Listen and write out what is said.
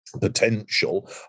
potential